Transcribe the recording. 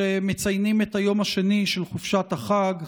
שמציינים את היום השני של חופשת החג,